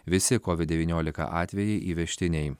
visi covid devyniolika atvejai įvežtiniai